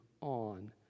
on